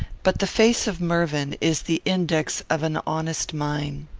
but the face of mervyn is the index of an honest mind.